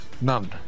None